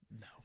No